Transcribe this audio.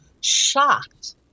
shocked